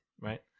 right